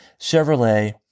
Chevrolet